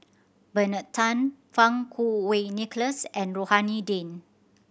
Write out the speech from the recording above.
Bernard Tan Fang Kuo Wei Nicholas and Rohani Din